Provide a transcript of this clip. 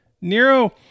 Nero